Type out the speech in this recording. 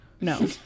No